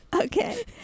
okay